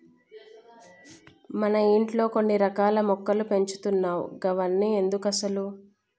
మన ఇంట్లో కొన్ని రకాల మొక్కలు పెంచుతున్నావ్ గవన్ని ఎందుకసలు